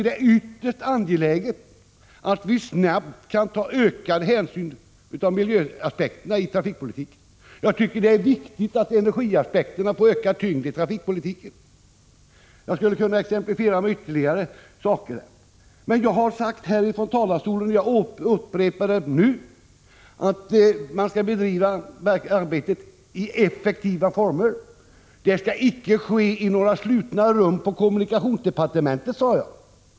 Det är ytterst angeläget att vi snabbt kan ta ökad hänsyn till miljöaspekterna i trafikpolitiken, och det är viktigt att energiaspekterna får ökad tyngd i denna. Jag skulle kunna peka på flera sådana områden som vi behöver satsa på. Jag har dock tidigare sagt från denna talarstol, och jag upprepar det nu, att man skall bedriva arbetet i effektiva former och att det icke skall ske i några slutna rum på kommunikationsdepartementet.